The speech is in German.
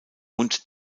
und